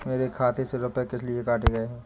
मेरे खाते से रुपय किस लिए काटे गए हैं?